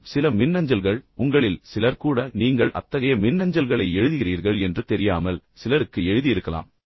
மற்றும் சில மின்னஞ்சல்கள் உங்களில் சிலர் கூட நீங்கள் அத்தகைய மின்னஞ்சல்களை எழுதுகிறீர்கள் என்று தெரியாமல் சிலருக்கு எழுதியிருக்கலாம்